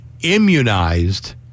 immunized